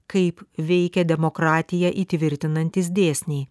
kaip veikia demokratija įtvirtinantys dėsniai